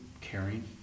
caring